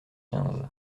quinze